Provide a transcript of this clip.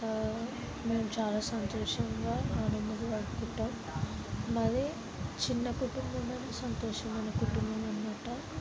మేము చాలా సంతోషంగా ఆనందంగా ఆడుకుంటాం మాది చిన్న కుటుంబం అయినా సంతోషమైన కుటుంబం అన్నమాట